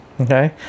okay